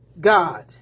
God